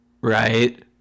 Right